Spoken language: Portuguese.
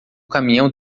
caminhão